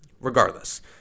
Regardless